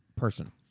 Person